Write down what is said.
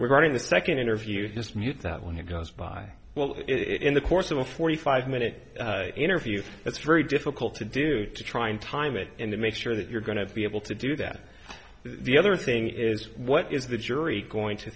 going the second interview just mute that when he goes by well it in the course of a forty five minute interview it's very difficult to do to try and time it in the make sure that you're going to be able to do that the other thing is what is the jury going to